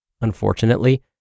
Unfortunately